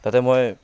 তাতে মই